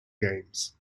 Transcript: games